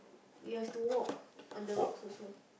you have to walk on the rocks also